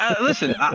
Listen